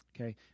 Okay